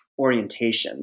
orientations